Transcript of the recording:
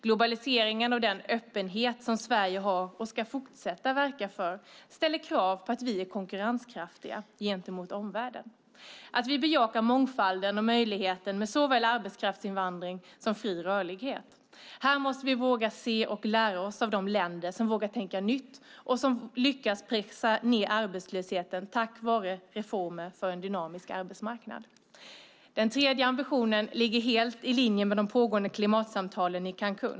Globaliseringen och den öppenhet som Sverige har, och ska fortsätta verka för, ställer också krav på att vi är konkurrenskraftiga gentemot omvärlden och att vi bejakar mångfalden och möjligheten med såväl arbetskraftsinvandring som fri rörlighet. Här måste vi våga se och lära oss av de länder som vågar tänka nytt och lyckas pressa ned arbetslösheten tack vare reformer för en dynamisk arbetsmarknad. Den tredje ambitionen ligger helt i linje med de pågående klimatsamtalen i Cancún.